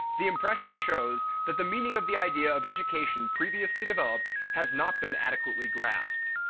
the impression shows that the meaning of the idea of education previously developed has not been adequately grasped.